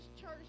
church